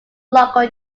local